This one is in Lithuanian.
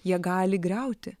jie gali griauti